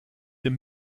dem